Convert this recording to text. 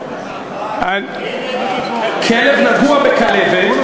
לא, כלב נגוע בכלבת.